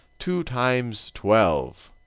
two times twelve.